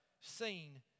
seen